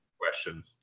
question